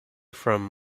from